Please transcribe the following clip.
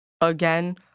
Again